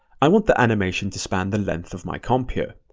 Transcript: i want the animation to span the length of my comp here.